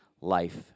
life